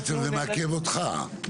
בעצם, זה מעכב אותך.